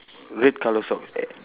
red colour socks